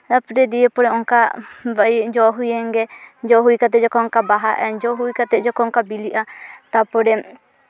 ᱛᱟᱨᱯᱚᱨᱮ ᱫᱤᱭᱮ ᱯᱚᱨ ᱚᱱᱠᱟ ᱡᱚ ᱦᱩᱭᱮᱱᱜᱮ ᱡᱚ ᱦᱩᱭ ᱠᱟᱛᱮ ᱡᱚᱠᱷᱚᱱ ᱵᱟᱦᱟᱜᱼᱟ ᱡᱚ ᱦᱩᱭ ᱠᱟᱛᱮ ᱡᱚᱠᱷᱚᱱ ᱚᱱᱠᱟ ᱵᱤᱞᱤᱜᱼᱟ ᱛᱟᱨᱯᱚᱨᱮ